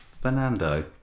Fernando